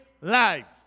life